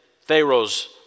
Pharaoh's